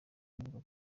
nubwo